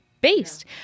based